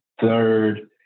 third